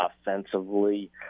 offensively